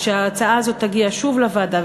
כשההצעה הזאת תגיע שוב לוועדה,